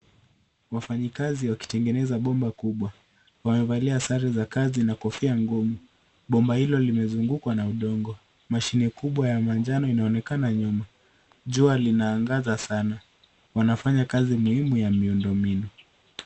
Wafanyikazi wakitengeneza bomba kubwa. Wamevalia sare za kazi na kofia ngumu. Bomba hilo limezungukwa na udongo. Mashine kubwa ya manjano inaonekana nyuma. Jua linaangaza sana wanafanya kazi muhimu ya miundo mbinu.